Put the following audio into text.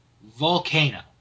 Volcano